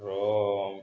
Rome